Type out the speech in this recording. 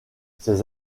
ces